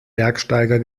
bergsteiger